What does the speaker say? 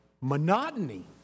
monotony